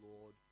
Lord